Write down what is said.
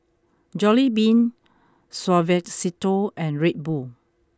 Jollibean Suavecito and Red Bull